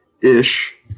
ish